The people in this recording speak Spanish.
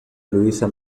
luisa